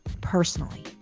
personally